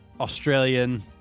Australian